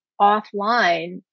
offline